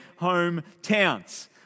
hometowns